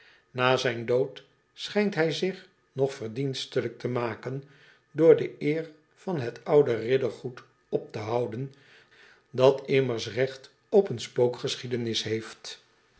a zijn dood schijnt hij zich nog verdienstelijk te maken door de eer van het oude riddergoed op te houden dat immers regt op een spookgeschiedenis heeft